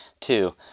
Two